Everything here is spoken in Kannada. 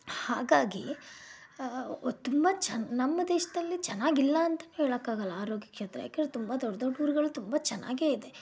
ಹಾಗಾಗಿ ಒ ತುಂಬ ಚೆ ನಮ್ಮ ದೇಶದಲ್ಲಿ ಚೆನ್ನಾಗಿಲ್ಲ ಅಂತನೂ ಹೇಳೋಕ್ಕಾಗಲ್ಲ ಆರೋಗ್ಯ ಕ್ಷೇತ್ರ ಯಾಕೆರೆ ತುಂಬ ದೊಡ್ಡ ದೊಡ್ಡ ಊರುಗಳಲ್ಲಿ ತುಂಬ ಚೆನ್ನಾಗೇ ಇದೆ